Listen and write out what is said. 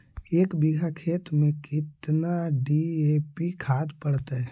एक बिघा खेत में केतना डी.ए.पी खाद पड़तै?